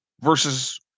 versus